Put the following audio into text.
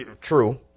true